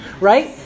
right